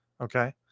Okay